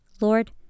Lord